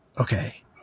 Okay